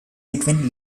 between